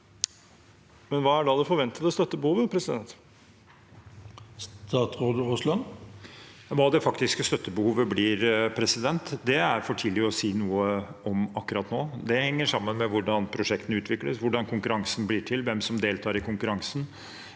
kr. Hva er da det forventede støttebehovet? Statsråd Terje Aasland Hva det faktiske støttebehovet blir, er for tidlig å si noe om akkurat nå. Det henger sammen med hvordan prosjektene utvikles, hvordan konkurransen blir til, hvem som deltar i konkurransen,